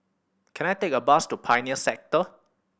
can I take a bus to Pioneer Sector